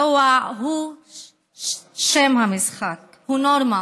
הרוע הוא שם המשחק, הוא נורמה